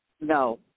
No